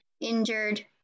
injured